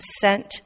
sent